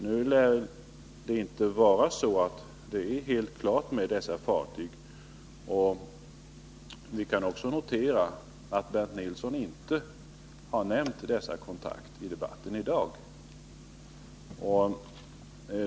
Nu lär det inte vara så att det är helt klart med dessa fartyg, och vi kan också notera att Bernt Nilsson inte har nämnt dessa kontrakt i debatten i dag.